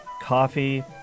coffee